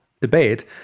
debate